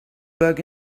bug